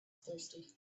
thirsty